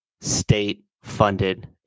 state-funded